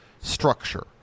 structure